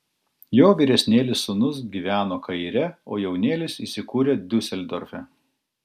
jo vyresnėlis sūnus gyveno kaire o jaunėlis įsikūrė diuseldorfe